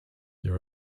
there